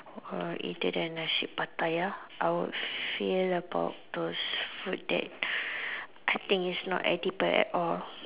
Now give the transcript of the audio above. uh either the Nasi Pattaya I would feel about those food that I think it's not edible at all